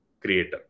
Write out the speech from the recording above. creator